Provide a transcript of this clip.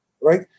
right